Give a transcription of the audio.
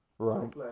Right